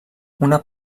una